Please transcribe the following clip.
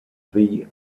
the